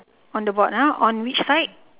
on the board ah on which side